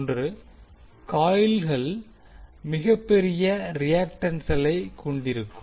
• காயில்கள் மிகப்பெரிய ரியாக்டன்ஸ்களை கொண்டிருக்கும்